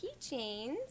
keychains